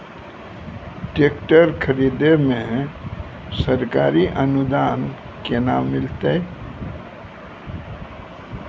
Tractor खरीदै मे सरकारी अनुदान केना मिलतै?